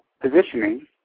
positioning